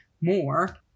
more